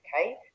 okay